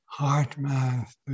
HeartMath